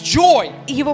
joy